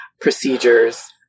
procedures